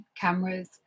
cameras